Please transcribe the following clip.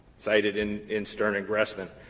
cited in in stern and gressman.